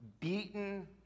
beaten